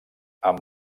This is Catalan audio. amb